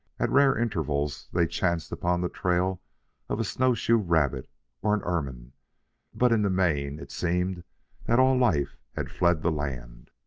at rare intervals they chanced upon the trail of a snowshoe rabbit or an ermine but in the main it seemed that all life had fled the land.